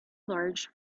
large